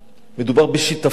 מדובר בשיטפון,